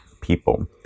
people